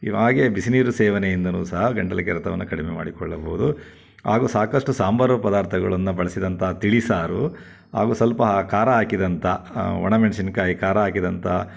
ಹಾಗೇ ಬಿಸಿ ನೀರು ಸೇವನೆಯಿಂದನೂ ಸಹ ಗಂಟಲು ಕೆರೆತವನ್ನು ಕಡಿಮೆ ಮಾಡಿಕೊಳ್ಳಬಹುದು ಹಾಗೂ ಸಾಕಷ್ಟು ಸಾಂಬಾರು ಪದಾರ್ಥಗಳನ್ನು ಬಳಸಿದಂಥ ತಿಳಿಸಾರು ಹಾಗೂ ಸ್ವಲ್ಪ ಖಾರ ಹಾಕಿದಂಥ ಒಣಮೆಣಸಿನ್ಕಾಯಿ ಖಾರ ಹಾಕಿದಂಥ